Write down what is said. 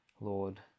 Lord